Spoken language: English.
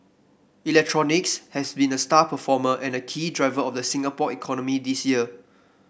electronics has been a star performer and key driver of the Singapore economy this year